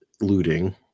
looting